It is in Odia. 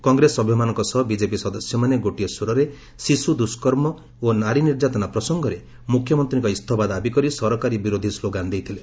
କଂଗ୍ରେସ ସଭ୍ୟମାନଙ୍କ ସହ ବିଜେପି ସଦସ୍ମାନେ ଗୋଟିଏ ସ୍ୱର ନିର୍ଯାତନା ପ୍ରସଙ୍ଗରେ ମୁଖ୍ୟମନ୍ତୀଙ୍କ ଇସ୍ତଫା ଦାବି କରି ସରକାରୀ ବିରୋଧୀ ସ୍କୋଗାନ ଦେଇଥିଲେ